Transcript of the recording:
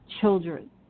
children